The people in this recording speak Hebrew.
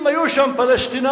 אם היו שם פלסטינים,